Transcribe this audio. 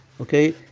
okay